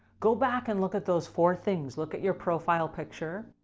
go back and look at those four things look at your profile picture.